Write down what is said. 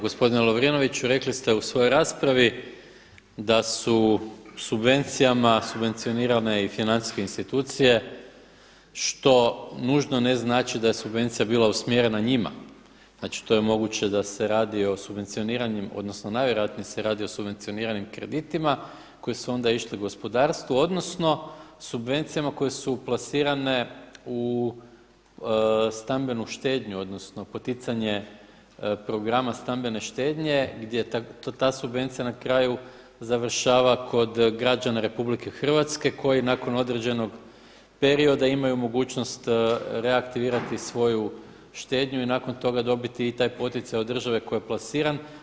Gospodine Lovrinoviću rekli ste u svojoj raspravi da su subvencijama subvencionirane i financijske institucije što nužno ne znači da je subvencija bila usmjerena njima, znači to je moguće da se radi o subvencioniranim, odnosno najvjerojatnije se radi o subvencioniranim kreditima koji su onda išli u gospodarstvu, odnosno subvencijama koje su plasirane u stambenu štednju, odnosno poticanje programa stambene štednje gdje ta subvencija na kraju završava kod građana RH koji nakon određenog perioda imaju mogućnost reaktivirati svoju štednju i nakon toga dobiti i taj poticaj od države koji je plasiran.